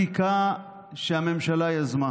בחקיקה שהממשלה יזמה